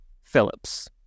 Phillips